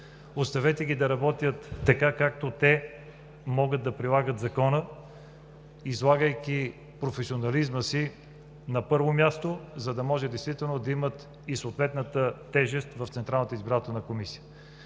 Оставете ги да работят така, както те могат да прилагат закона, излагайки професионализма си на първо място, за да може действително да имат и съответната тежест в Централната избирателна комисия.